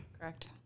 Correct